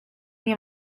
nie